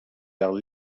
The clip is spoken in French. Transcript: leur